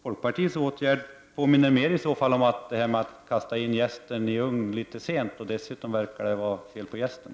Folkpartiets åtgärd påminner om att kasta in jästen efter brödet i ugnen, vilket är litet sent. Dessutom verkar det vara fel på jästen.